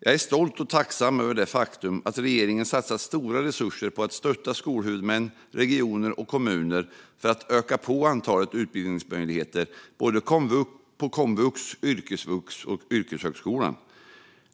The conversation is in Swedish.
Jag är stolt och tacksam över det faktum att regeringen satsat stora resurser på att stötta skolhuvudmän, regioner och kommuner för att öka antalet utbildningsmöjligheter på komvux, yrkesvux och yrkeshögskola.